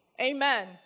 Amen